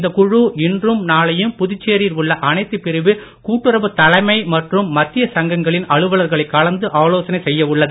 இந்த குழு இன்றும் நாளையும் புதுச்சேரியில் உள்ள அனைத்துப் பிரிவு கூட்டுறவு தலைமை மற்றும் மத்திய சங்கங்களின் அலுவலர்களை கலந்து ஆலோசனை செய்ய உள்ளது